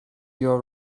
your